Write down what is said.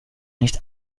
nicht